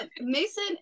Mason